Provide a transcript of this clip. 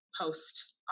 post